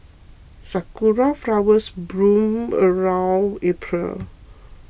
sakura flowers bloom around April